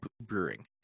Brewing